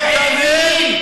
אני מגנה,